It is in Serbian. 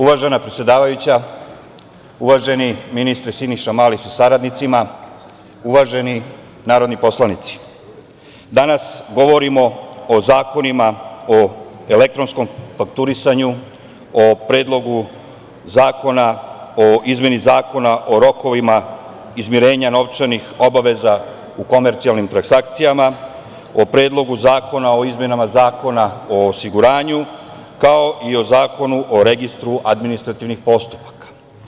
Uvažena predsedavajuća, uvaženi ministre Siniša Mali sa saradnicima, uvaženi narodni poslanici, danas govorimo o zakonima o elektronskom fakturisanju, o Predlogu zakona o izmeni Zakona o rokovima izmirenja novčanih obaveza u komercijalnim transakcijama, o Predlogu zakona o izmenama Zakona o osiguranju, kao i o Zakonu o registru administrativnih postupaka.